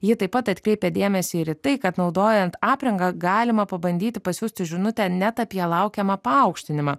ji taip pat atkreipia dėmesį ir į tai kad naudojant aprangą galima pabandyti pasiųsti žinutę net apie laukiamą paaukštinimą